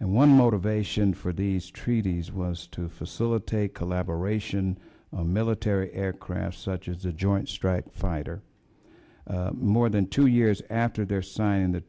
and one motivation for these treaties was to facilitate a collaboration a military aircraft such as the joint strike fighter more than two years after their signed the